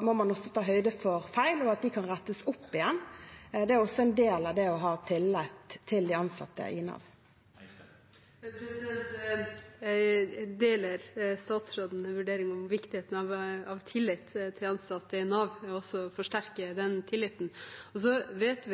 må man også ta høyde for feil og at de kan rettes opp igjen. Det er også en del av det å ha tillit til de ansatte i Nav. Jeg deler statsrådens vurdering av viktigheten av tillit til ansatte i Nav og også å forsterke den tilliten. Vi vet